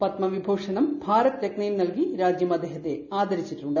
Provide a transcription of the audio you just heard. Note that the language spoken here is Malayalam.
പദ്മവിഭൂ ഷണും ഭാരത് രത്നയും നൽകി രാജ്യം അദ്ദേഹത്തെ ആദരിച്ചി ട്ടുണ്ട്